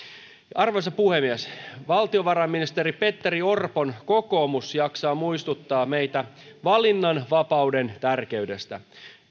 arvoisa puhemies valtiovarainministeri petteri orpon kokoomus jaksaa muistuttaa meitä valinnanvapauden tärkeydestä